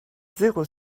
zéro